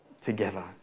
together